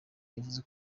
yavuze